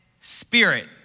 spirit